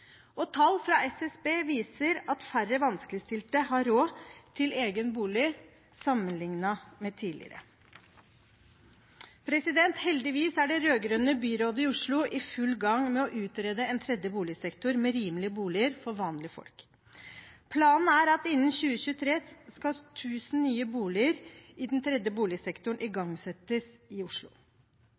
Tall fra SSB viser at færre vanskeligstilte har råd til egen bolig sammenlignet med tidligere. Heldigvis er det rød-grønne byrådet i Oslo i full gang med å utrede en tredje boligsektor med rimelige boliger for vanlige folk. Planen er at innen 2023 skal 1 000 nye boliger i den tredje boligsektoren igangsettes i Oslo.